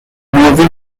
moving